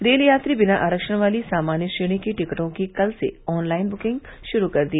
rail यात्री बिना आरक्षण वाली सामान्य श्रेणी की टिकटों की कल से ऑन लाइन बुकिंग शुरू कर दिए